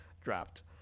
dropped